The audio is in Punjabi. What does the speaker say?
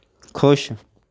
ਖੁਸ਼